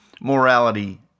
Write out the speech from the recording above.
morality